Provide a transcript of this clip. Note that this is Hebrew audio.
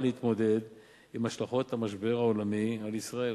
להתמודד עם השלכות המשבר העולמי על ישראל.